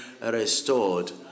restored